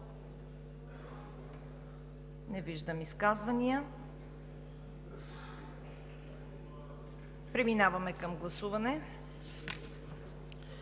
Не виждам желаещи. Преминаваме към гласуване.